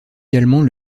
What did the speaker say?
également